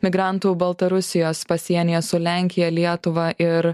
migrantų baltarusijos pasienyje su lenkija lietuva ir